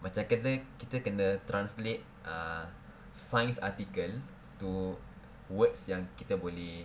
macam kena kita kena translate err science article to words yang kita boleh